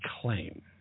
claim